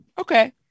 Okay